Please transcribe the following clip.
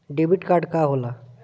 Debit card का होला?